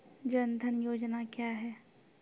जन धन योजना क्या है?